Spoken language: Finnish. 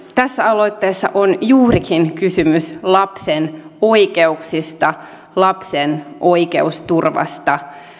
tässä aloitteessa on juurikin kysymys lapsen oikeuksista lapsen oikeusturvasta